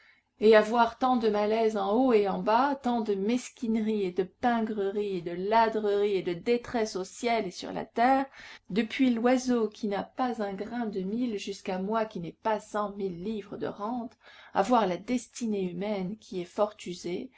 et à voir tant de malaise en haut et en bas tant de mesquinerie et de pingrerie et de ladrerie et de détresse au ciel et sur la terre depuis l'oiseau qui n'a pas un grain de mil jusqu'à moi qui n'ai pas cent mille livres de rente à voir la destinée humaine qui est fort usée